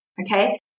Okay